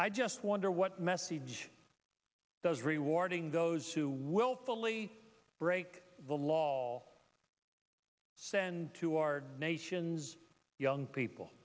i just wonder what message does rewarding those who willfully break the law all send to our nation's young people